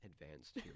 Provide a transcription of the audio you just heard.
Advanced